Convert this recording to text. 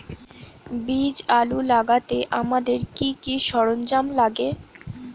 বীজ আলু লাগাতে আমাদের কি কি সরঞ্জাম লাগে?